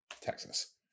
Texas